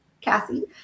Cassie